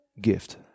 gift